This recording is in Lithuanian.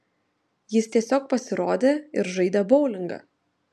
jis tiesiog pasirodė ir žaidė boulingą